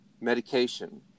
medication